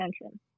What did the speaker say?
attention